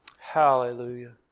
Hallelujah